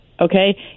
okay